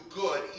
good